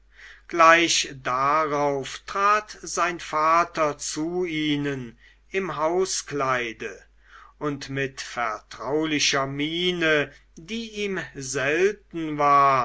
gleich darauf trat sein vater zu ihnen im hauskleide und mit vertraulicher miene die ihm selten war